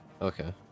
Okay